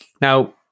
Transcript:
Now